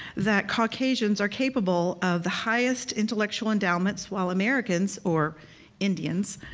that caucasians are capable of the highest intellectual endowments while americans, or indians,